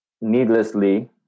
needlessly